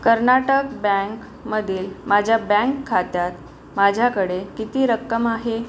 कर्नाटक बँकमधील माझ्या बँक खात्यात माझ्याकडे किती रक्कम आहे